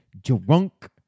drunk